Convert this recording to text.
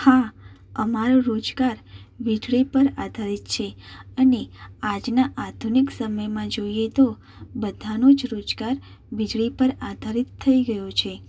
હા અમારો રોજગાર વીજળી પર આધારિત છે અને આજના આધુનિક સમયમાં જોઈએ તો બધાનો જ રોજગાર વીજળી પર આધારિત થઈ ગયો છે